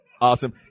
Awesome